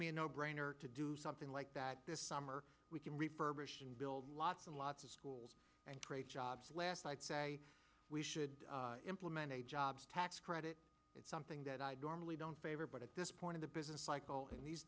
me a no brainer to do something like that this summer we can repurpose and build lots and lots of schools and create jobs last i'd say we should implement a jobs tax credit it's something that i normally don't favor but at this point of the business cycle in these